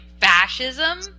fascism